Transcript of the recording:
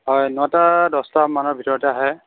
হয় নটা দহটা মানৰ ভিতৰতে আহে